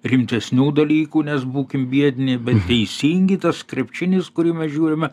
rimtesnių dalykų nes būkim biedni bet teisingi tas krepšinis kurį mes žiūrime